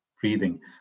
breathing